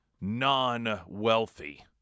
non-wealthy